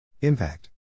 Impact